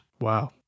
Wow